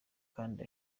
kandi